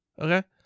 okay